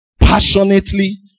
passionately